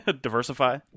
Diversify